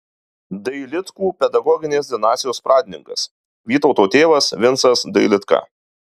dailidkų pedagoginės dinastijos pradininkas vytauto tėvas vincas dailidka